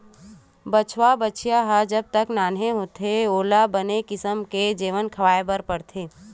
बछवा, बछिया ह जब तक ले नान्हे होथे ओला बने किसम के जेवन खवाए बर परथे